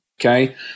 okay